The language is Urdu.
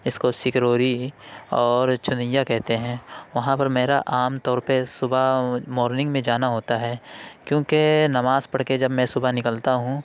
اس کو سکروری اور چنیا کہتے ہیں وہاں پر میرا عام طور پہ صبح مارننگ میں جانا ہوتا ہے کیونکہ نماز پڑھ کے جب میں صبح نکلتا ہوں